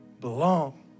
belong